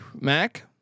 Mac